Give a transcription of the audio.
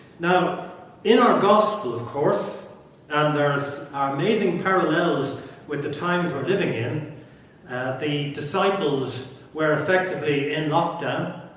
now in our gospel of course and there's amazing parallels with the times were living in the disciples were effectively in lockdown,